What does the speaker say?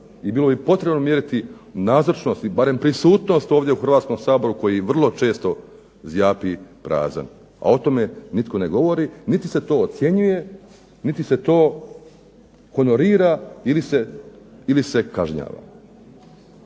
i bilo bi potrebno mjeriti nazočnosti, barem prisutnost ovdje u Hrvatskom saboru koji vrlo često zjapi prazan. A o tome nitko ne govori, niti se to ocjenjuje, niti se to honorira ili se kažnjava.